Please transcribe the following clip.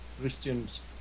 Christians